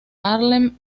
harlem